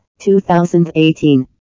2018